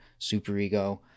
superego